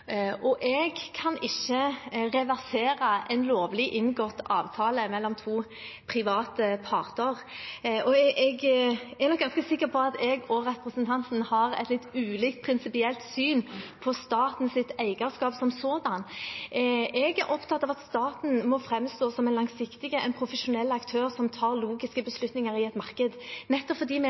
og jeg kan ikke reversere en lovlig inngått avtale mellom to private parter. Jeg er ganske sikker på at jeg og representanten har et ulikt prinsipielt syn på statens eierskap som sådant. Jeg er opptatt av at staten må framstå som en langsiktig, profesjonell aktør som tar logiske beslutninger i et marked, nettopp fordi